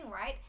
right